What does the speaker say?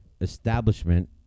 establishment